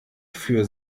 für